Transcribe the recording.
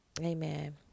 Amen